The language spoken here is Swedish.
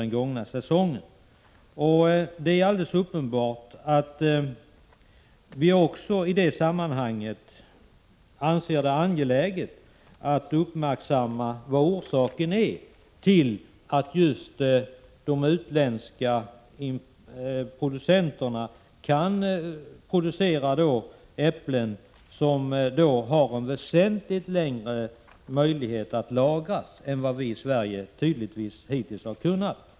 Det är alldeles uppenbart att vi också i det sammanhanget anser det angeläget att uppmärksamma vad orsaken är till att just de utländska producenterna kan producera äpplen som man kan lagra väsentligt längre än vad vi i Sverige tydligtvis hittills har kunnat.